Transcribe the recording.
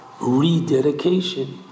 Rededication